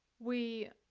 we.